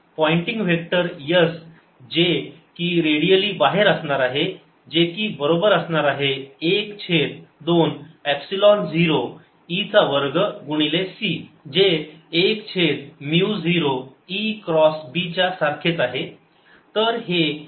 pointing vector S जे की radially बाहेर असणार आहे जे की बरोबर असणार आहे एक छेद दोन एपसिलोन 0 E चा वर्ग गुणिले c जे 1 छेद mu zero E cross b च्या सारखेच आहे